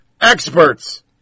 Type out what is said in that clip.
Experts